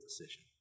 decision